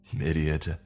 Idiot